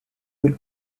will